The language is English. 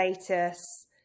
status